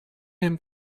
him